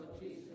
Jesus